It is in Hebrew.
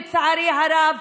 לצערי הרב,